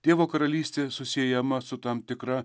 dievo karalystė susiejama su tam tikra